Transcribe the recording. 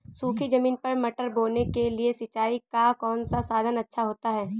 सूखी ज़मीन पर मटर बोने के लिए सिंचाई का कौन सा साधन अच्छा होता है?